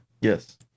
Yes